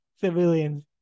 civilians